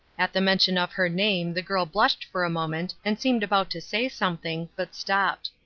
at the mention of her name the girl blushed for a moment and seemed about to say something, but stopped.